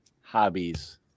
hobbies